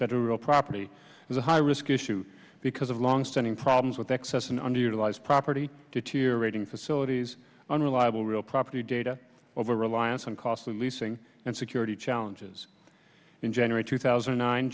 federal property with a high risk issue because of long standing problems with excess and underutilized property deteriorating facilities unreliable real property data over reliance on costly leasing and security challenges in january two thousand